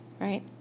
right